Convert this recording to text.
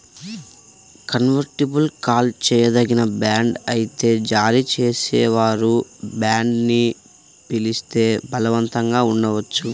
convertible call చేయదగిన bond అయితే జారీ చేసేవారు బాండ్ని పిలిస్తే బలవంతంగా ఉండవచ్చు